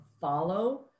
follow